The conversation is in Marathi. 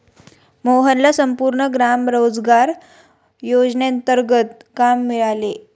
मोहनला संपूर्ण ग्राम रोजगार योजनेंतर्गत काम मिळाले